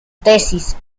tesis